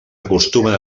acostumen